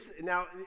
now